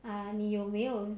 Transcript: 啊你有没有